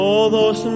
Todos